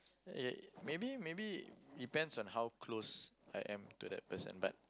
ya maybe maybe depends on how close I am to that person but